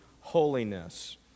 holiness